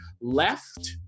left